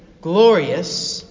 glorious